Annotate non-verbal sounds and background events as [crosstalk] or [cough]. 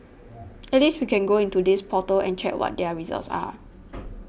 at least we can go into this portal and check what their results are [noise]